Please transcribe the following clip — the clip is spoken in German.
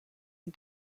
die